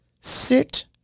sit